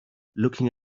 looking